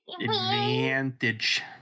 Advantage